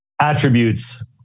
attributes